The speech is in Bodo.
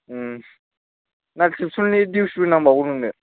उम ना तिबसननि डिउसबो नामबावगौ नोंनो